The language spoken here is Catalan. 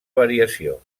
variació